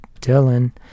Dylan